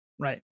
Right